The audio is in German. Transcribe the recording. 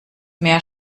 meer